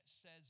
says